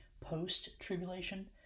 post-tribulation